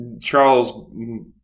Charles